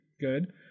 Good